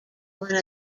one